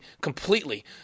completely